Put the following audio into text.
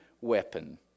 weapon